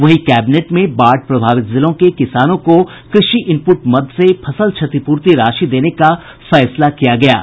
वहीं कैबिनेट ने बाढ़ प्रभावित जिलों के किसानों को कृषि इनपुट मद से फसल क्षतिपूर्ति राशि देने का फैसला किया है